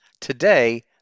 today